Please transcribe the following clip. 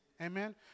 Amen